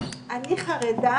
אני חרדה